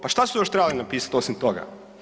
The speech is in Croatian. Pa što su još trebali napisat osim toga?